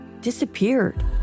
disappeared